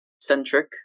centric